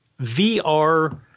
VR